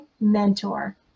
mentor